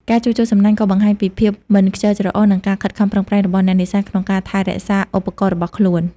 ការជួសជុលសំណាញ់ក៏បង្ហាញពីភាពមិនខ្ជិលច្រអូស និងការខិតខំប្រឹងប្រែងរបស់អ្នកនេសាទក្នុងការថែរក្សាឧបករណ៍របស់ខ្លួន។